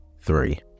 Three